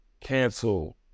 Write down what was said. cancel